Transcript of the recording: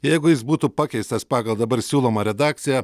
jeigu jis būtų pakeistas pagal dabar siūlomą redakciją